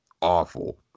awful